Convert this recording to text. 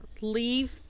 leave